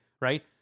right